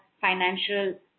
financial